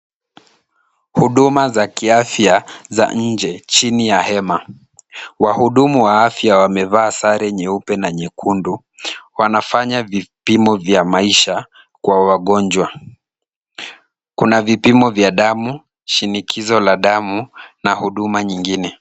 Huduma za kiafya za nje chini ya hema. Wahudumu wa afya wamevaa sare nyepe na nyekundu, wanafanya vipimo vya maisha kwa wagonjwa. Kuna vipimo vya damu, shinikizo la damu na huduma nyingine.